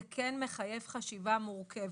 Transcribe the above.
זה כן מחייב חשיבה מורכבת.